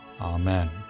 amen